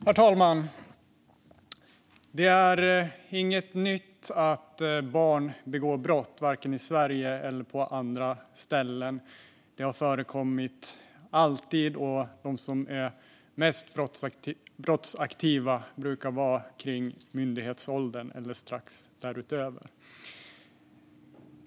Herr talman! Det är inget nytt att barn begår brott, varken i Sverige eller på andra ställen, utan det har alltid förekommit. De som är mest brottsaktiva brukar vara kring myndighetsåldern eller strax däröver.